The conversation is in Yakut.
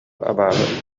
абааһы